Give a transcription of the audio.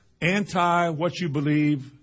anti-what-you-believe